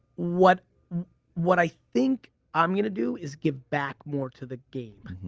what what i think i'm gonna do is give back more to the game.